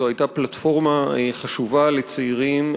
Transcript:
זאת הייתה פלטפורמה חשובה לצעירים,